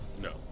No